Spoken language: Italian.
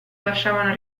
lasciavano